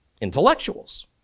intellectuals